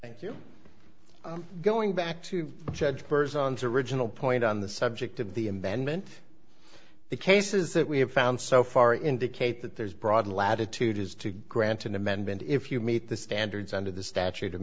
thank you i'm going back to judge a person's original point on the subject of the amendment the cases that we have found so far indicate that there's broad latitude as to grant an amendment if you meet the standards under the statute of